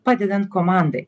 padedant komandai